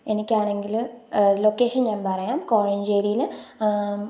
എനിക്ക് ആണെങ്കിൽ ലൊക്കേഷൻ ഞാൻ പറയാം കോഴഞ്ചേരിയിൽ